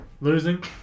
losing